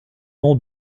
nom